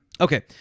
Okay